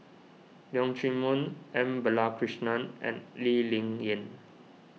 Leong Chee Mun M Balakrishnan and Lee Ling Yen